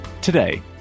Today